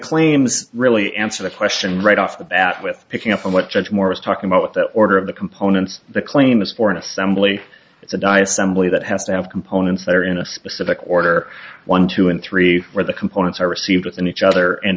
claims really answer the question right off the bat with picking up on what judge moore is talking about that order of the components the claim is for an assembly to die is somebody that has to have components that are in a specific order one two and three where the components are received in each other and